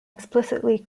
explicitly